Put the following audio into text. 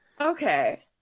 Okay